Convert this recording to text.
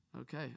Okay